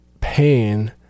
pain